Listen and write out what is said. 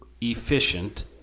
efficient